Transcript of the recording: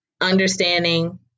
understanding